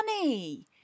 money